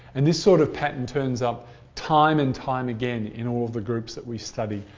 and this sort of pattern turns up time and time again in all of the groups that we study,